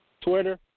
Twitter